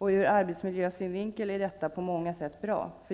Ur arbetsmiljösynvinkel är detta på många sätt bra.